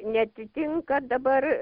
neatitinka dabar